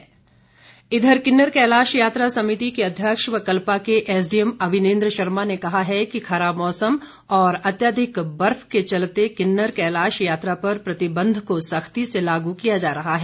किन्नर कैलाश यात्रा इधर किन्नर कैलाश यात्रा समिति के अध्यक्ष व कल्पा के एसडीएम अविनेन्द्र शर्मा ने कहा है कि खराब मौसम और अत्यधिक बर्फ के चलते किन्नर कैलाश यात्रा पर प्रतिबन्ध को सख्ती से लागू किया जा रहा है